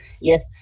Yes